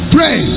Pray